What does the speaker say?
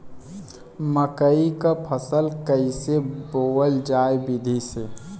मकई क फसल कईसे बोवल जाई विधि से?